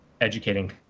educating